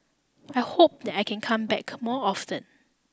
I hope that I can come back more often